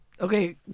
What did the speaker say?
okay